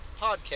podcast